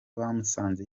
bamusanze